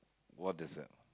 what is it